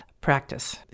practice